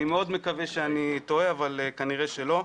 אני מאוד מקווה שאני טועה אבל כנראה שלא.